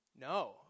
No